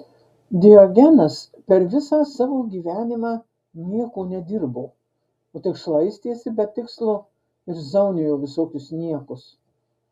diogenas per visą savo gyvenimą nieko nedirbo o tik šlaistėsi be tikslo ir zaunijo visokius niekus